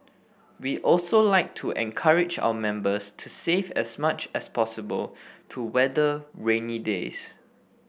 we also like to encourage our members to save as much as possible to weather rainy days